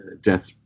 death